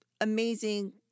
amazing